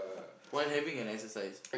while having an exercise